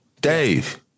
Dave